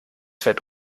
fett